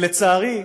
לצערי,